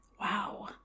Wow